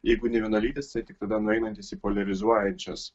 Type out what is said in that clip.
jeigu nevienalytis tik tada nueinantis į poliarizuojančias